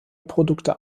produkte